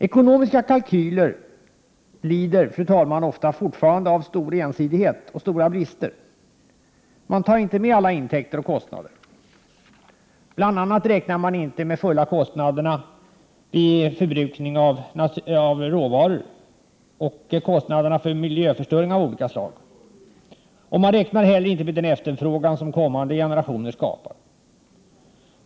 Ekonomiska kalkyler lider, fru talman, ofta fortfarande av stor ensidighet och stora brister. Man tar inte med alla intäkter och kostnader. Bl.a. räknar man inte med fulla kostnaderna vid förbrukning av råvaror och kostnaderna 35 för miljöförstöring av olika slag. Man räknar inte heller med den efterfrågan som kommande generationer skapar.